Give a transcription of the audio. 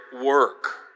work